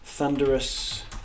thunderous